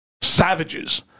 Savages